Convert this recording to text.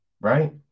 right